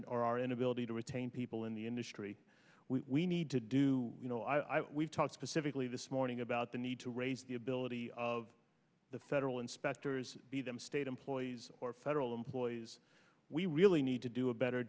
our inability to retain people in the industry we need to do you know i we've talked specifically this morning about the need to raise the ability of the federal inspectors be them state employees or federal employees we really need to do a better